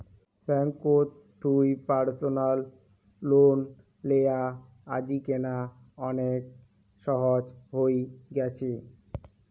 ব্যাঙ্ককোত থুই personal loan লেয়া আজিকেনা অনেক সহজ হই গ্যাছে